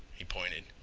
he pointed.